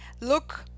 look